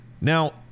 now